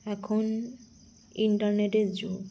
এখন ইন্টারনেটের যুগ